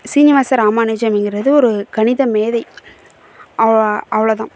சீனிவாச ராமானுஜம்ங்கிறது ஒரு கணித மேதை அவ்வளோ தான்